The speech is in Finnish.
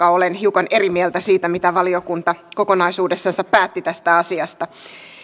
koska olen hiukan eri mieltä siitä mitä valiokunta kokonaisuudessansa päätti tästä asiasta